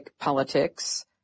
politics